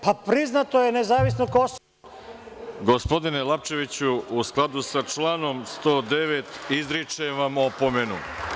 Priznato je nezavisno Kosovo…) Gospodine Lapčeviću, u skladu sa članom 109. izričem vam opomenu…